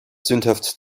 sündhaft